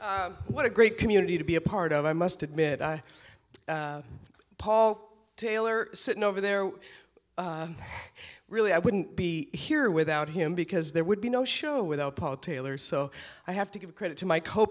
know what a great community to be a part of i must admit paul taylor sitting over there really i wouldn't be here without him because there would be no show without paul taylor so i have to give credit to my co